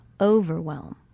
overwhelm